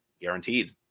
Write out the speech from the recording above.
guaranteed